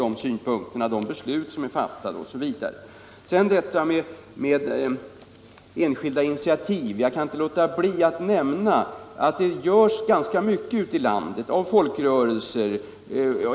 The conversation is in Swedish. Vad sedan beträffar frågan om enskilda initiativ kan jag inte underlåta att nämna, att det görs mycket ute i landet på folkrörelseplanet.